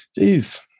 Jeez